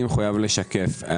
אני מחויב לשקף.